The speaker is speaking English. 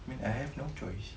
I mean I have no choice